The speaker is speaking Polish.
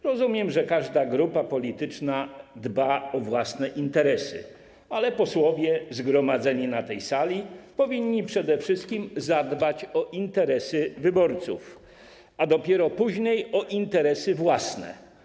Rozumiem, że każda grupa polityczna dba o własne interesy, ale posłowie zgromadzeni na tej sali powinni przede wszystkim zadbać o interesy wyborców, a dopiero później o interesy własne.